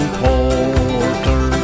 porter